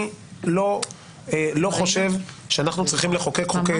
אני לא חושב שאנחנו צריכים לחוקק חוקי